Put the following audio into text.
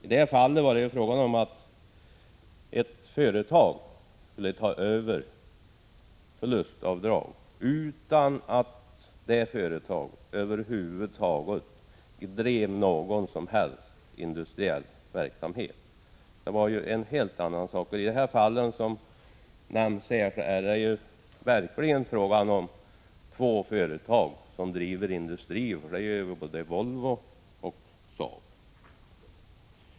I det fallet var det frågan om att ett företag skulle ta över förlustavdrag utan att det företaget drev någon som helst industriell verksamhet. Det var ju en helt annan sak. I de fall som nämnts är det verkligen fråga om två företag som driver industri. Det gör både Volvo och Saab.